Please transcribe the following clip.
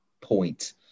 point